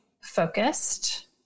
focused